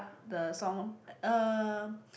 the song uh